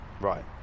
Right